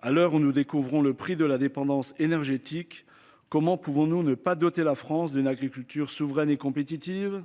À l'heure où nous découvrons le prix de la dépendance énergétique. Comment pouvons-nous, ne pas doter la France d'une agriculture souveraine et compétitive.